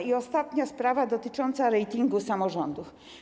I ostatnia sprawa dotycząca ratingu samorządów.